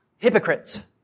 hypocrites